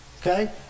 okay